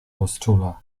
rozczula